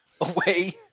away